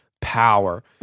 power